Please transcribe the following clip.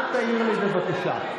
אל תעיר לי, בבקשה.